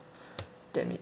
damn it